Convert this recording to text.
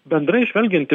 bendrai žvelgiant